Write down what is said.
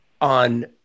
on